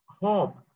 hope